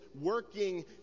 working